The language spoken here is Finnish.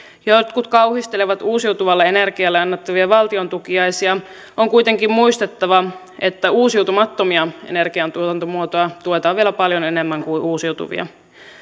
jotkut kauhistelevat uusiutuvalle energialle annettavia valtion tukiaisia on kuitenkin muistettava että uusiutumattomia energiantuotantomuotoja tuetaan vielä paljon enemmän kuin uusiutuvia